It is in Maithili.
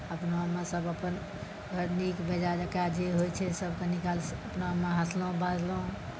अपना अपना सब अपन नीक बेजाए जकरा जे होइ छै सब कनी काल अपनामे हँसलहुॅं बाजलहुॅं